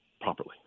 properly